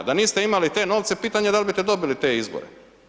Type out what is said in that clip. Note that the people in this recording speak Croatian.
Da niste imali te novce pitanje je da li biste dobili te izbore.